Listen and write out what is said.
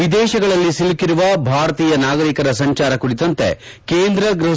ವಿದೇಶಗಳಲ್ಲಿ ಸಿಲುಕಿರುವ ಭಾರತೀಯ ನಾಗರಿಕರ ಸಂಚಾರ ಕುರಿತಂತೆ ಕೇಂದ್ರ ಗ್ಬಹ